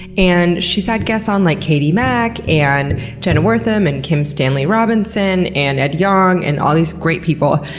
and she's had guests on like katie mack, and jenna wortham, and kim stanley robinson, and ed yong, and all these great people.